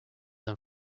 than